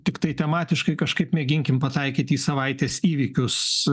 tiktai tematiškai kažkaip mėginkim pataikyti į savaitės įvykius